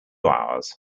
ours